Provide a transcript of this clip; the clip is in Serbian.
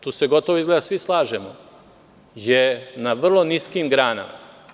Treći stup, tu se gotovo izgleda svi slažemo, je na vrlo niskim granama.